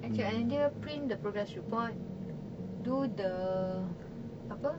I cakap dengan dia print the progress report do the apa